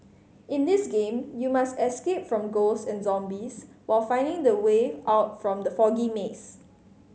in this game you must escape from ghost and zombies while finding the way out from the foggy maze